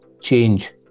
change